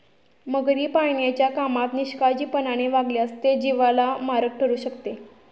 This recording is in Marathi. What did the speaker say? मगरी पाळण्याच्या कामात निष्काळजीपणाने वागल्यास ते जीवाला मारक ठरू शकते